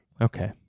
okay